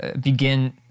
begin